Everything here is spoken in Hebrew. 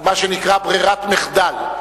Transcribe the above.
מה שנקרא ברירת מחדל.